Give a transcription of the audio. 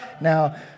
Now